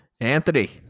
Anthony